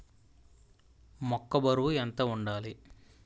మొక్కొ బరువు ఎంత వుండాలి?